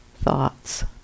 Thoughts